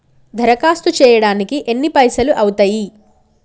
దరఖాస్తు చేయడానికి ఎన్ని పైసలు అవుతయీ?